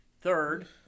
Third